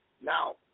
Now